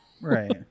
Right